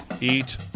Eat